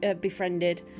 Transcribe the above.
befriended